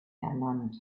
ernannt